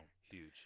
Huge